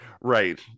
right